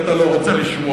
כי אתה לא רוצה לשמוע,